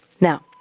Now